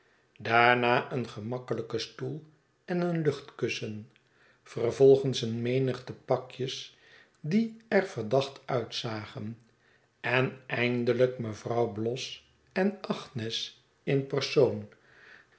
daarna een gemakkelijke stoel en een luchtkussen vervolgens een menigte pakjes die er verdacht uitzagen en eindelijk mevrouw bloss en agnes in persoon